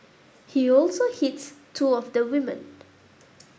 he also hits two of the women